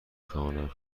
خوانم